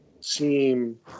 seem